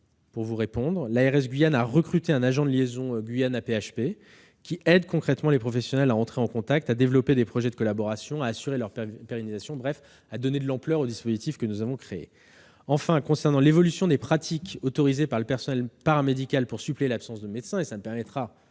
convention, l'ARS de Guyane a recruté un agent de liaison entre la Guyane et l'AP-HP qui aide concrètement les professionnels à entrer en contact, à développer des projets de collaboration et à assurer leur pérennisation, bref à donner de l'ampleur au dispositif que nous avons créé. Enfin, concernant l'évolution des pratiques autorisées au personnel paramédical pour suppléer l'absence de médecins, le recours